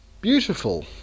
beautiful